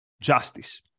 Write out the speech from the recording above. justice